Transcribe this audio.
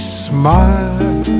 smile